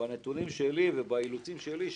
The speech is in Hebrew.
בנתונים שלי ובאילוצים שלי,